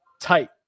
tight